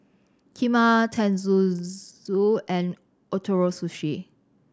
Kheema Tenmusu and Ootoro Sushi